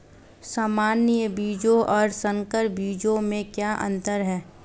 सामान्य बीजों और संकर बीजों में क्या अंतर है?